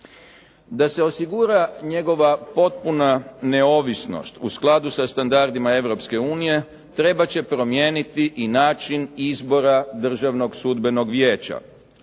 Da se osigura njegova potpuna neovisnost u skladu sa standardima Europske unije, trebat će promijeniti i način izbora Državnog sudbenog vijeća.